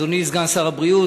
אדוני סגן שר הבריאות,